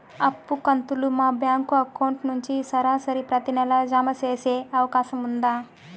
అప్పు కంతులు మా బ్యాంకు అకౌంట్ నుంచి సరాసరి ప్రతి నెల జామ సేసే అవకాశం ఉందా?